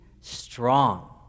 strong